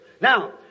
Now